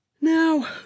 Now